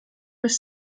with